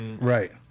Right